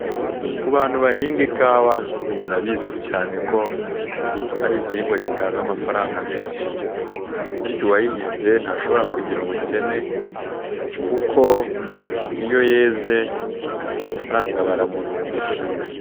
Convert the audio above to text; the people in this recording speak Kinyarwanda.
Ku bantu bahinga ikawa, barabizi cyane ko ari igihingwa gitanga amafaranga menshi. Bityo uwayihinze ntashobora kugira ubukene kuko iyo yeze, amafaranga baramurundira.